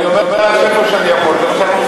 אני אומר רק שאיפה שאני יכול זה מה שאנחנו עושים.